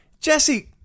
Jesse